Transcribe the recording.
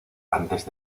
antes